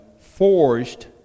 forged